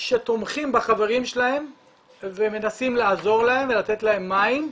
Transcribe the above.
נוער שתומכים בחברים שלהם ומנסים לעזור להם ולתת להם מים,